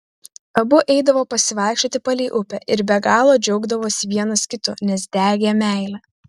abu eidavo pasivaikščioti palei upę ir be galo džiaugdavosi vienas kitu nes degė meile